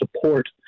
support